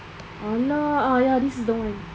!alah! ah ya this is the one